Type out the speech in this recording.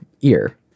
ear